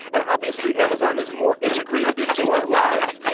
and, obviously. amazon is more integrated into our lives. yes.